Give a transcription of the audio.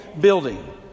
building